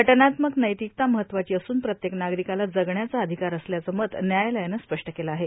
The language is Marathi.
घटनात्मक नैतिकता महत्वाची असून प्रत्येक नागरिकाला जगण्याचा अधिकार असल्याचं मत न्यायालयानं स्पष्ट केलं आहे